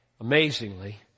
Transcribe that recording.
Amazingly